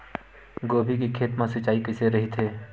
गोभी के खेत मा सिंचाई कइसे रहिथे?